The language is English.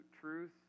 truth